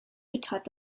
betrat